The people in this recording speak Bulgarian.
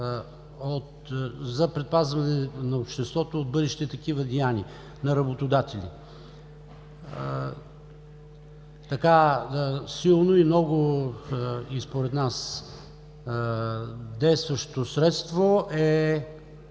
за предпазване на обществото от бъдещи такива деяния на работодатели. Така силно и много според нас действащо средство е